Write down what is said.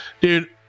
Dude